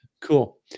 Cool